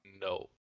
no